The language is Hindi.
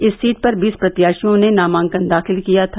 इस सीट पर बीस प्रत्याशियों ने नामांकन दाखिल किया था